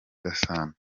gasana